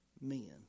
men